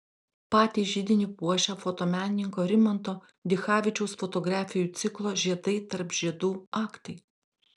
patį židinį puošia fotomenininko rimanto dichavičiaus fotografijų ciklo žiedai tarp žiedų aktai